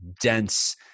dense